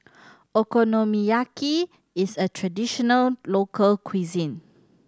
Okonomiyaki is a traditional local cuisine